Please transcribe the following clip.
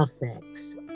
effects